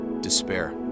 despair